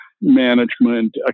management